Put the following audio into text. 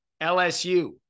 LSU